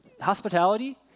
Hospitality